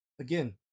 Again